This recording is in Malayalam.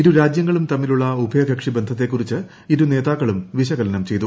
ഇരു രാജ്യങ്ങളും തമ്മിലുള്ള ഉഭയകക്ഷി ബന്ധത്തെക്കുറിച്ച് ഇരു നേതാക്കളും വിശകലനം ചെയ്തു